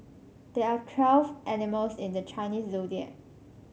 there are twelve animals in the Chinese Zodiac